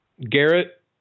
Garrett